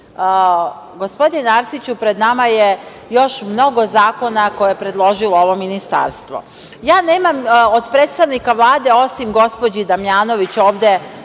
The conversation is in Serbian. gospodine Arsiću, pred nama je još mnogo zakona koje je predložilo ovo Ministarstvo. Ja nemam od predstavnika Vlade, osim gospođi Damnjanović, ovde